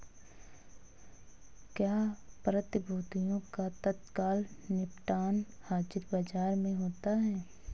क्या प्रतिभूतियों का तत्काल निपटान हाज़िर बाजार में होता है?